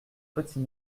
petit